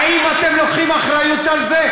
האם אתם לוקחים אחריות לזה,